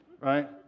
Right